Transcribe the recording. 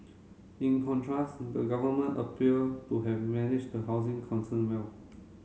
in contrast the government appear to have managed the housing concern well